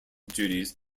duties